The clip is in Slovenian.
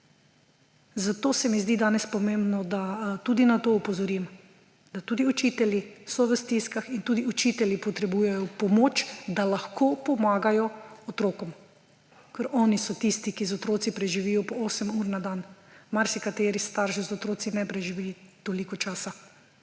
Zato se mi zdi danes pomembno, da tudi na to opozorim, da tudi učitelji so v stiskah in tudi učitelji potrebujejo pomoč, da lahko pomagajo otrokom, ker oni so tisti, ki z otroki preživijo po osem ur na dan. Marsikateri starš z otroki ne preživi toliko časa.